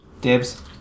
Dibs